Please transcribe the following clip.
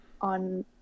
on